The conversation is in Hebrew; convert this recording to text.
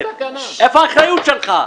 איפה האחריות שלך?